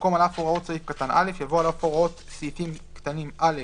במקום "על אף הוראות סעיף קטן (א)"